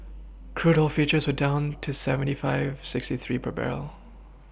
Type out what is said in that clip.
crude oil futures were down to seventy five sixty three per barrel